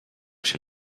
się